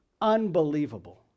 Unbelievable